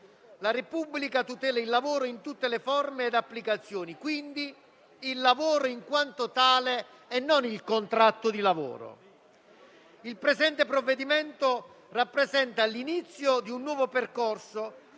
«La Repubblica tutela il lavoro in tutte le sue forme ed applicazioni». Essa tutela quindi il lavoro in quanto tale e non il contratto di lavoro. Il presente provvedimento rappresenta l'inizio di un nuovo percorso,